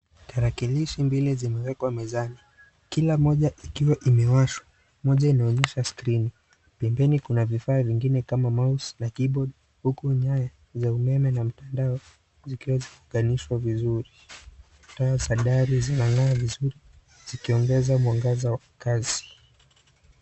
Tarakilishi mbili zimewekwa mezani, kila moja ikiwa imewashwa moja inaonyesha skirini pembeni kuna vifaa vingine kama mouse na keyboard huku nyaya za umeme na mtandao zikiwa zimefunganishwa vizuri, taa za ndani zinang'aa vizuri zikiongeza mwangaza wa kazi.